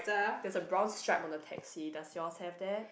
there's a brown stripe on the taxi does yours have that